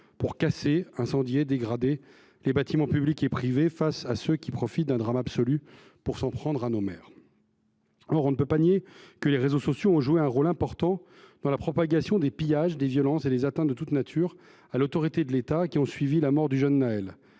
pour casser, incendier, dégrader les bâtiments publics et privés, face à ceux qui profitent d’un drame absolu pour s’en prendre à nos maires. Or il est impossible de nier le rôle important joué par les réseaux sociaux dans la propagation des pillages, des violences et des atteintes de toute nature à l’autorité de l’État qui ont suivi la mort du jeune Nahel.